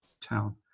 town